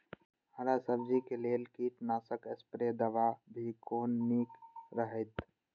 हरा सब्जी के लेल कीट नाशक स्प्रै दवा भी कोन नीक रहैत?